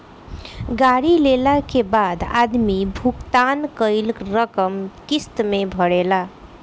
गाड़ी लेला के बाद आदमी भुगतान कईल रकम किस्त में भरेला